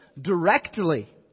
directly